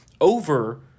over